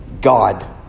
God